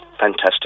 fantastic